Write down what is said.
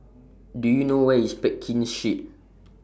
Do YOU know Where IS Pekin Street